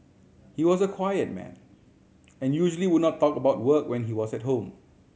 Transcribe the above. he was a quiet man and usually would not talk about work when he was at home